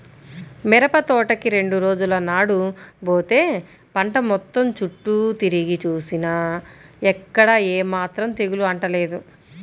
మిరపతోటకి రెండు రోజుల నాడు బోతే పంట మొత్తం చుట్టూ తిరిగి జూసినా ఎక్కడా ఏమాత్రం తెగులు అంటలేదు